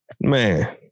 Man